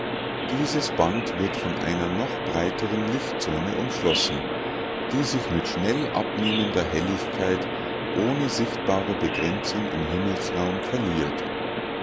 dieses band wird von einer noch breiteren lichtzone umschlossen die sich mit schnell abnehmender helligkeit ohne sichtbare begrenzung im himmelsraum verliert